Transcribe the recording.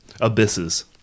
Abysses